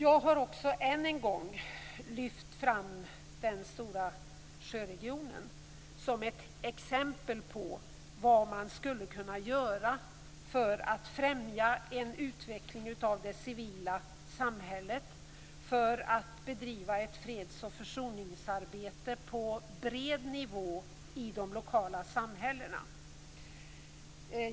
Jag har också än en gång lyft fram den stora sjöregionen som ett exempel på vad man skulle kunna göra för att främja en utveckling av det civila samhället och för att bedriva ett freds och försoningsarbete på bred nivå i de lokala samhällena.